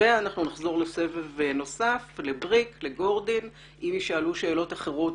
ואנחנו נחזור לסבב נוסף לבריק ולגורדין אם יופנו שאלות אחרות